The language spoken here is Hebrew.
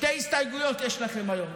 שתי הסתייגויות יש לכם היום,